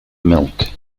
milk